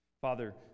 Father